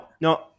no